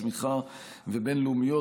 צמיחה וחברות בין-לאומיות,